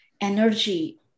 energy